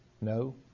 No